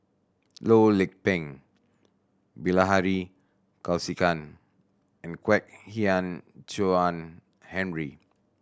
Loh Lik Peng Bilahari Kausikan and Kwek Hian Chuan Henry